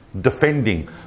defending